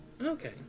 Okay